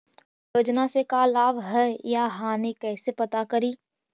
योजना से का लाभ है या हानि कैसे पता करी?